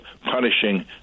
punishing